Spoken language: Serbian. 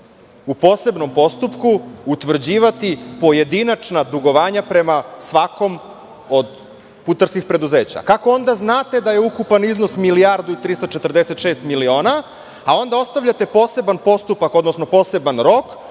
u posebnom postupku utvrđivati pojedinačna dugovanja prema svakom od putarskih preduzeća? Kako onda znate da je ukupan iznos 1.346.000.000 dinara, a onda ostavljate poseban postupak, odnosno poseban rok